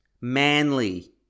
Manly